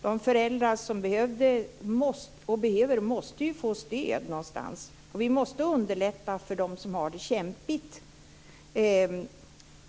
De föräldrar som behöver stöd måste ju få det någonstans, och vi måste underlätta för dem som har det kämpigt.